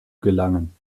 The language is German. gelangen